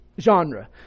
genre